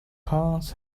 path